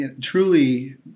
Truly